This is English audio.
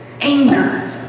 anger